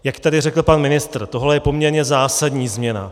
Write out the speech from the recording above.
Jak tady řekl pan ministr, tohle je poměrně zásadní změna.